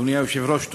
אדוני היושב-ראש,